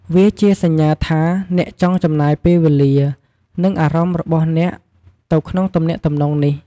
វាជាសញ្ញាថាអ្នកចង់ចំណាយពេលវេលា និងអារម្មណ៍របស់អ្នកទៅក្នុងទំនាក់ទំនងនេះ។